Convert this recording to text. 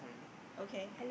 okay